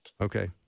Okay